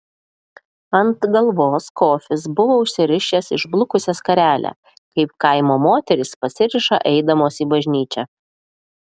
ant galvos kofis buvo užsirišęs išblukusią skarelę kaip kaimo moterys pasiriša eidamos į bažnyčią